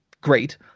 great